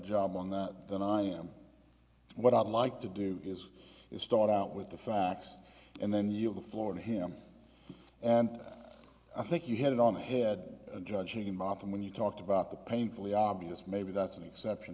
job on that than i am what i'd like to do is start out with the facts and then you have the floor to him and i think you hit it on the head judging bottom when you talk about the painfully obvious maybe that's an exception